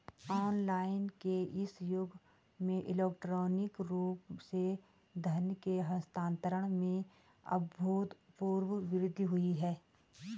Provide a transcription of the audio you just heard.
online के इस युग में इलेक्ट्रॉनिक रूप से धन के हस्तांतरण में अभूतपूर्व वृद्धि हुई है